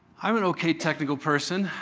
i'm an okay technical person.